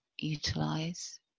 utilize